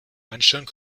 einstellen